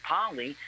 Polly